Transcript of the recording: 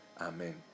Amen